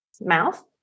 mouth